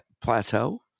Plateau